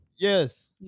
Yes